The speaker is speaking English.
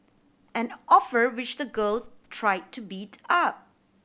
an offer which the girl try to beat up